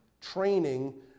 Training